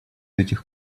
этих